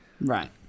Right